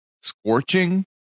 scorching